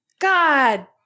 God